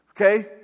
Okay